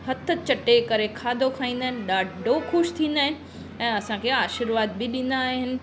हथ चटे करे खाधो खाईंंदा आहिनि ॾाढो ख़ुशि थींदा आहिनि ऐं असांखे आशीर्वादु बि ॾींदा आहिनि